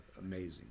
amazing